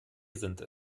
sind